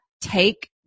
take